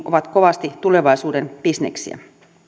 ovat kovasti tulevaisuuden bisneksiä